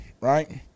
right